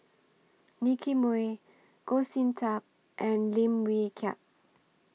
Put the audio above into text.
Nicky Moey Goh Sin Tub and Lim Wee Kiak